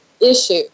issue